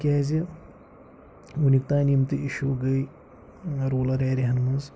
تِکیٛازِ وٕنیُک تام یِم تہِ اِشوٗ گٔے روٗلَر ایریاہَن منٛز